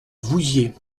vouziers